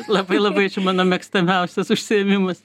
labai labai čia mano mėgstamiausias užsiėmimas